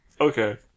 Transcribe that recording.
okay